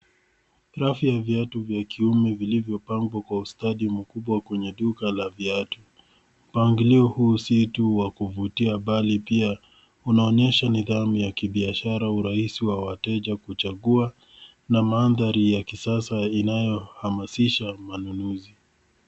Rafu ya viatu vya kiume vilivyopangwa kwa ustadi mkubwa kwenye duka la viatu. Mpangilio huu si tu wa kuvutia bali pia unaonyesha unaonyesha nidhamu ya kibiashara, urahisi wa wateja kuchagua na mandhari ya kisasa inayohamasisha manunuzi.